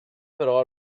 però